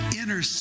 inner